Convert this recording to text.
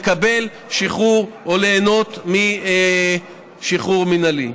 לקבל שחרור או ליהנות משחרור מינהלי.